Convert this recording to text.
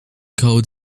code